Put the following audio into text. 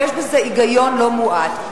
ויש בזה היגיון לא מועט,